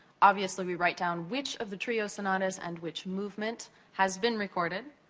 obviously we write down which of the trio sonatas and which movement has been recorded.